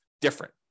different